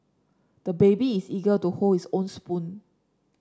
the baby is eager to hold his own spoon